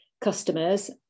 customers